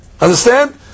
Understand